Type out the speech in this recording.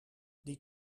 die